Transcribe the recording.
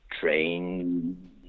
train